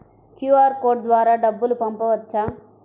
QR code ద్వారా డబ్బులు పంపవచ్చా?